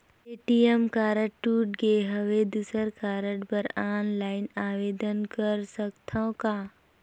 ATM card टूट गे हववं दुसर कारड बर ऑनलाइन आवेदन कर सकथव का?